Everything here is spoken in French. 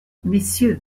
messieurs